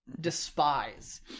Despise